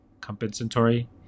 compensatory